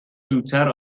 زودتر